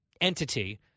entity